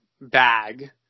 bag